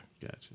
Gotcha